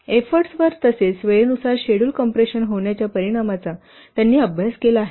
एफ्फर्टसवर तसेच वेळेनुसार schedule compression होण्याच्या परिणामाचा त्यांनी अभ्यास केला आहे